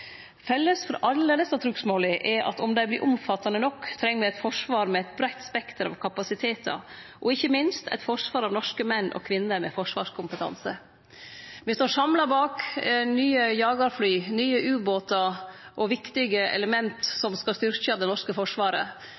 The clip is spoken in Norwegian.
Felles for alle desse trugsmåla er at om dei vert omfattande nok, treng me eit forsvar med eit breitt spekter kapasitetar, og ikkje minst eit forsvar av norske menn og kvinner med forsvarskompetanse. Me står samla bak nye jagarfly, nye ubåtar og viktige element som skal styrkje det norske forsvaret,